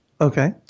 Okay